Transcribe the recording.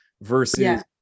versus